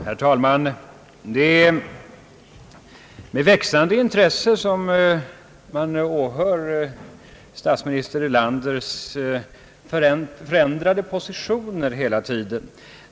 Herr talman! Det är med växande intresse man observerar statsminister Erlanders hela tiden förändrade positioner.